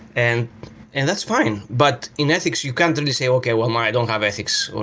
and and that's fine. but in ethics, you can really say, okay. um i don't have ethics.